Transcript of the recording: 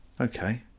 okay